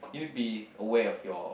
you need to be aware of your